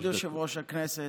כבוד יושב-ראש הכנסת,